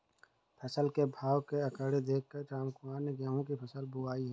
फसल के भाव के आंकड़े देख कर रामकुमार ने गेहूं की बुवाई की